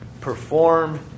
perform